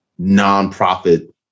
nonprofit